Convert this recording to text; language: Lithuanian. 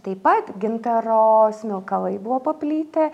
taip pat gintaro smilkalai buvo paplitę